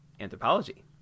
anthropology